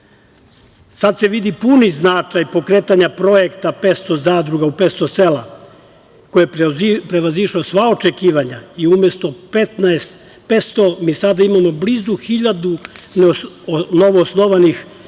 se vidi puni značaj, pokretanje projekta u 500 zadruga, 500 sela, koje je prevazišao sva očekivanja umesto 500 mi sada imamo blizu 1000 novoosnovanih zadruga